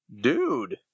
dude